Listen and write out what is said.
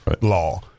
law